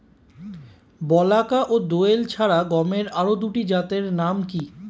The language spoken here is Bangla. বলাকা ও দোয়েল ছাড়া গমের আরো দুটি জাতের নাম কি?